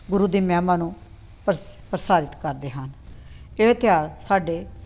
ਗੁਰੂ ਦੀ ਮਹਿਮਾ ਨੂੰ ਪ੍ਰਸ ਪ੍ਰਸਾਰਿਤ ਕਰਦੇ ਹਨ ਇਹ ਤਿਉਹਾਰ ਸਾਡੇ